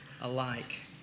alike